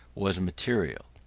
was material.